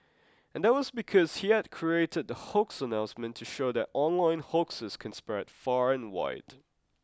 and that was because he had created the hoax announcement to show that online hoaxes can spread far and wide